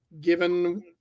given